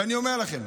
ואני אומר לכם,